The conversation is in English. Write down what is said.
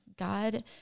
God